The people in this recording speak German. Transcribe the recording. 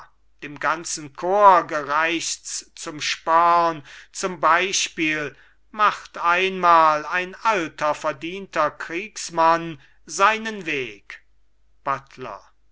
dem ganzen korps gereichts zum sporn zum beispiel macht einmal ein alter verdienter kriegsmann seinen weg